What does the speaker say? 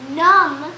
numb